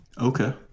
okay